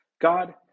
God